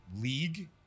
league